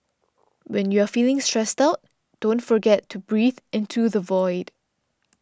when you are feeling stressed out don't forget to breathe into the void